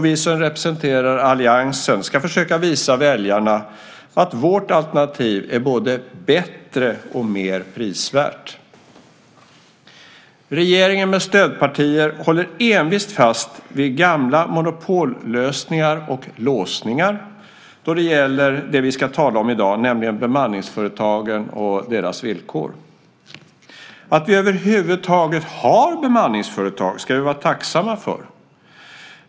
Vi som representerar alliansen ska försöka visa väljarna att vårt alternativ är både bättre och mer prisvärt. Regeringen med stödpartier håller envist fast vid gamla monopollösningar och låsningar när det gäller det vi ska tala om i dag, nämligen bemanningsföretagen och deras villkor. Vi ska vara tacksamma för att vi över huvud taget har bemanningsföretag.